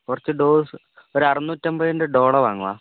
കുറച്ച് ഡോസ് ഒരു അറുന്നൂറ്റമ്പതിൻ്റെ ഡോളോ വാങ്ങുമോ